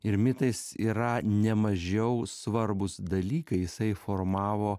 ir mitais yra nemažiau svarbūs dalykai jisai formavo